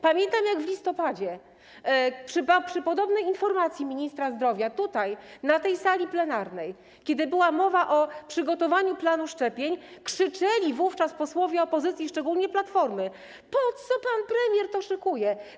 Pamiętam, jak w listopadzie, przy okazji podobnej informacji ministra zdrowia, tutaj, na tej sali plenarnej, kiedy była mowa o przygotowaniu planu szczepień, krzyczeli posłowie opozycji, szczególnie Platformy: po co pan premier to szykuje?